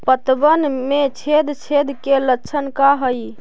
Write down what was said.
पतबन में छेद छेद के लक्षण का हइ?